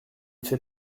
fait